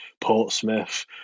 Portsmouth